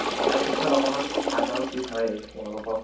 শিক্ষা ক্ষেত্ৰত অকণমান আগ আৰু পিছ হয়েই তেওঁলোকৰ